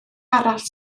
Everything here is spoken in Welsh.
arall